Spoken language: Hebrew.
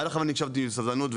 עד עכשיו הקשבתי בסבלנות,